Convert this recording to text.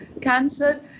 cancer